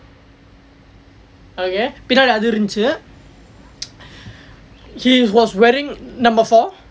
okay பின்னாடி அது இருந்தது:pinnaadi athur iruntathu he was wearing number four